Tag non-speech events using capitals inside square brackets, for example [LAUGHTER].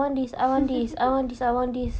[LAUGHS]